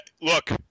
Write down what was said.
Look